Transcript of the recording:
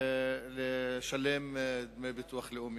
לשלם דמי ביטוח לאומי.